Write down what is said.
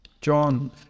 John